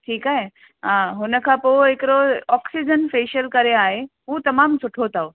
ठीकु आहे हा हुनखां पोइ हिकिड़ो ऑक्सीजन फ़ेशियल करे आहे हू तमामु सुठो अथव